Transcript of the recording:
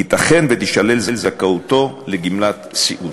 ייתכן שתישלל זכאותו לגמלת סיעוד.